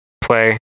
play